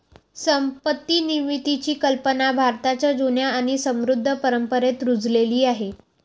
संपत्ती निर्मितीची कल्पना भारताच्या जुन्या आणि समृद्ध परंपरेत रुजलेली आहे